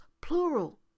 plural